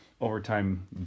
overtime